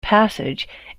passage